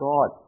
God